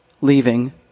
leaving